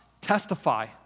testify